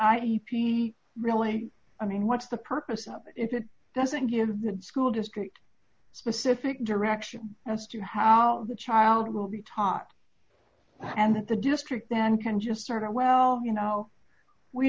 p really i mean what's the purpose of it if it doesn't give the school district specific direction as to how the child will be taught and that the district then can just sort of well you know we